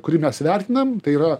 kurį mes vertinam tai yra